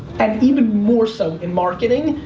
and even more so in marketing,